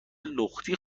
لختی